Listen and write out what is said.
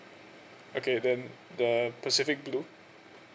okay then the pacific blue